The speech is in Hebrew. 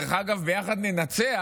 אגב ביחד ננצח,